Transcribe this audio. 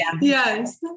yes